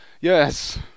Yes